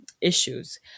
issues